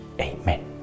Amen